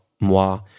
moi